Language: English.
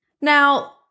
Now